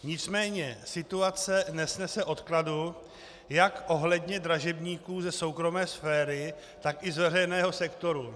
Nicméně situace nesnese odkladu jak ohledně dražebníků ze soukromé sféry, tak i z veřejného sektoru.